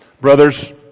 Brothers